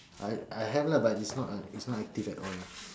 I I have lah but its not uh it's not active at all